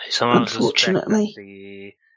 Unfortunately